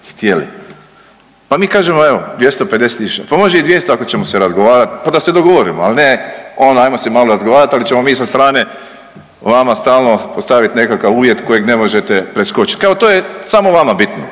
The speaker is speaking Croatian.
htjeli. Pa mi kažemo evo 250.000 pa može i 200.000 ako ćemo se razgovarat pa da se ne dogovorimo, ali ne ono ajmo se malo razgovarat ali ćemo mi sa strane vama stalno postaviti nekakav uvjet kojeg ne možete preskočit, kao to je samo vama bitno